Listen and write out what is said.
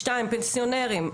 שתיים, פנסיונרים.